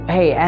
Hey